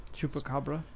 Chupacabra